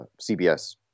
CBS